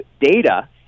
data